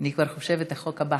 אני כבר חושבת על החוק הבא.